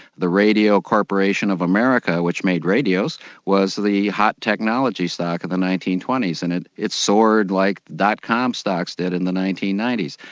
the radio corporation of america, which made radios was the hot technology stock of the nineteen twenty s, and it it soared like dot com stocks did in the nineteen ninety s.